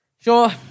Sure